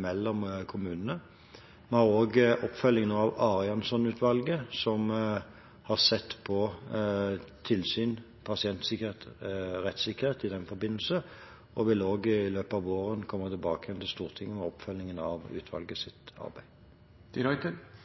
mellom kommunene. Vi har også oppfølgingen av Arianson-utvalget, som har sett på tilsyn, pasientsikkerhet og rettssikkerhet i den forbindelse. Vi vil i løpet av våren komme tilbake igjen til Stortinget med oppfølgingen av